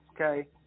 Okay